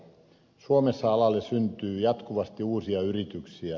suomessa alalle syntyy jatkuvasti uusia yrityksiä